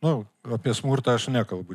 nu apie smurtą aš nekalbu